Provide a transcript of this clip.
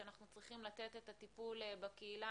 שאנחנו צריכים לתת את הטיפול בקהילה.